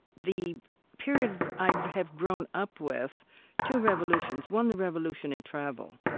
the periods i have grown up with two revolutions. one, the revolution in travel.